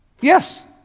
Yes